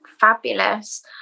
Fabulous